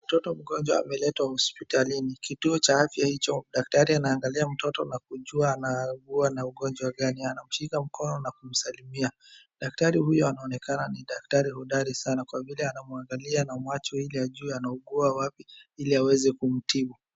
Mtoto mgonjwa ameletwa hospitalini. Kituo cha afya hicho daktari anaangalia mtoto na kujua anaugua na ugonjwa gani, anamshika mkono na kumsalimia. Daktari huyo anaonekana ni daktari hodari sana kwa vile anamwangalia na macho ili ajue anaugua wapi ili aweze kumtibu.